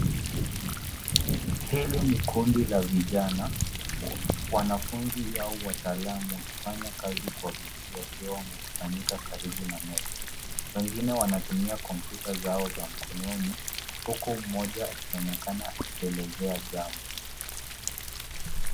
Hili ni kundi la vijana wanafunzi au wataalamu wakifanya kazi kwa bidii wakiwa wamekusanyika karibu na meza. Wengine wanatumia kompyuta zao za mkononi huku mmoja akionekana akielezea jambo.